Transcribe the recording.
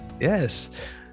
Yes